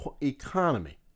economy